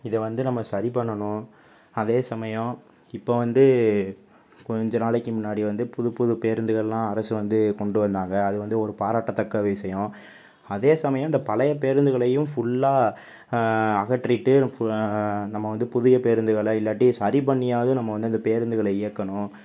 இதை வந்து நம்ம சரி பண்ணணும் அதே சமயம் இப்போ வந்து கொஞ்ச நாளைக்கு முன்னாடி வந்து புதுப்புது பேருந்துகளெலாம் அரசு வந்து கொண்டு வந்தாங்க அது வந்து ஒரு பாராட்டத்தக்க விசயம் அதே சமயம் இந்தப் பழைய பேருந்துகளையும் ஃபுல்லா அகற்றிட்டு நம்ம வந்து புதிய பேருந்துகளை இல்லாட்டி சரி பண்ணியாவது நம்ம வந்து அந்தப் பேருந்துகளை இயக்கணும்